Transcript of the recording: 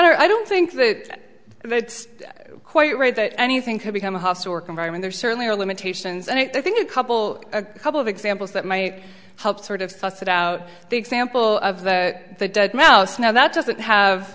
honor i don't think that it's quite right that anything could become a hostile work environment there certainly are limitations and i think a couple a couple of examples that might help sort of suss it out the example of that the dead mouse now that doesn't have